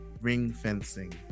ring-fencing